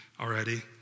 already